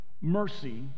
mercy